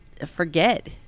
forget